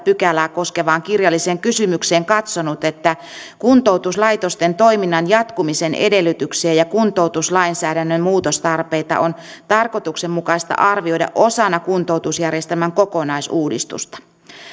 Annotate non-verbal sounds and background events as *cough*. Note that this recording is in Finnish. *unintelligible* pykälää koskevaan kirjalliseen kysymykseen katsonut että kuntoutuslaitosten toiminnan jatkumisen edellytyksiä ja kuntoutuslainsäädännön muutostarpeita on tarkoituksenmukaista arvioida osana kuntoutusjärjestelmän kokonaisuudistusta